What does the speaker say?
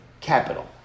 capital